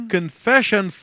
confession